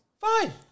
fine